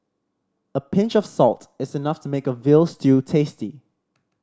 a pinch of salt is enough to make a veal stew tasty